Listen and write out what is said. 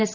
S